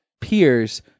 peers